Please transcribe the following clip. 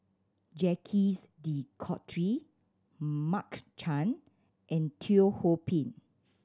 Jacques De Coutre Mark Chan and Teo Ho Pin